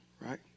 right